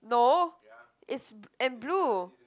no it's and blue